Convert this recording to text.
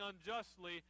unjustly